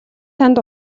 танд